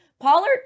Pollard